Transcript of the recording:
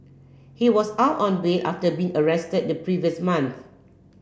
he was out on bail after being arrested the previous month